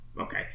okay